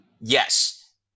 Yes